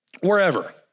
wherever